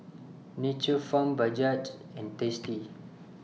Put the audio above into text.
Nature's Farm Bajaj and tasty